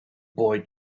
boy